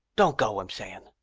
don't go, i'm saying!